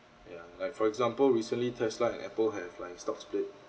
like for example recently Tesla and Apple have like stock split